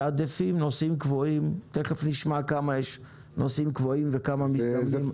מתעדפים נוסעים קבועים ותכף נשמע כמה נוסעים קבועים יש וכמה מזדמנים.